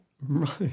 Right